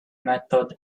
method